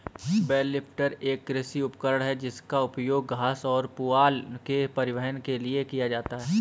bell lifter एक कृषि उपकरण है जिसका उपयोग घास या पुआल के परिवहन के लिए किया जाता है